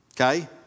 Okay